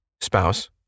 spouse